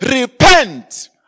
repent